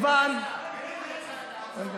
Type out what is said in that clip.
בנט יצא, תעצור.